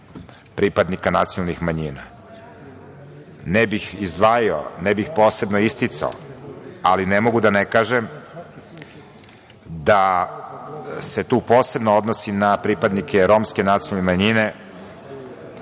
pripadnika nacionalnih manjina. Ne bih izdvajao i ne bih posebno isticao, ali ne mogu da ne kažem da se tu posebno odnosi na pripadnike romske nacionalne manjine,